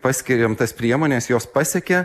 paskiriam tas priemones jos pasiekia